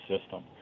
System